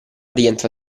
rientra